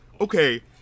okay